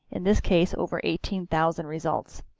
in this case, over eighteen thousand results.